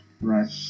Right